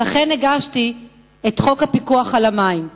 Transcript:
לכן הגשתי את חוק הפיקוח על המים.